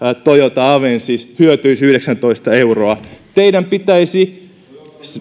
toyota avensis hyötyisi yhdeksäntoista euroa teidän pitäisi